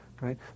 Right